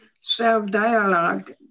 self-dialogue